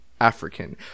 African